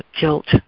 guilt